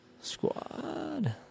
Squad